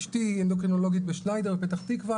אשתי אנדוקרינולוגית בשניידר בפתח תקווה.